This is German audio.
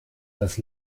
dass